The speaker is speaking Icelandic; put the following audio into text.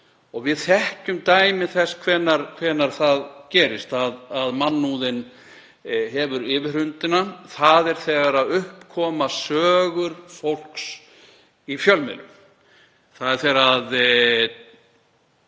Við þekkjum dæmi þess þegar það gerist að mannúðin hefur yfirhöndina. Það er þegar upp koma sögur fólks í fjölmiðlum. Það er þegar